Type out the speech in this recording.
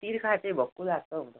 तिर्खा चाहिँ भक्कु लाग्छ हौ डक्टर